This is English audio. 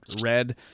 red